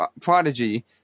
prodigy